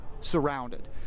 surrounded